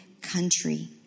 country